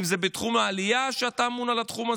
אם זה בתחום העלייה, שאתה אמון עליו.